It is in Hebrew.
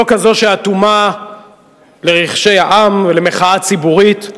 לא כזו שאטומה לרחשי העם ולמחאה ציבורית.